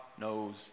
knows